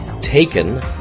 taken